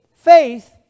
faith